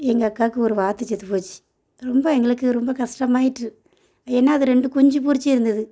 எங்கள் அக்காவுக்கு ஒரு வாத்து செத்து போச்சு ரொம்ப எங்களுக்கு ரொம்ப கஷ்டமாயிட்டு ஏன்னா அது ரெண்டு குஞ்சு பொரிச்சிருந்தது